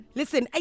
listen